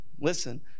Listen